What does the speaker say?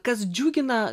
kas džiugina